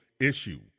issue